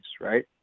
right